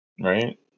Right